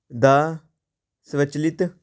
ਦਾ ਸਵੈਚਲਿਤ